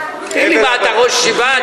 תגיד לי, מה, אתה ראש ישיבה?